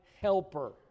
helper